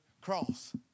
cross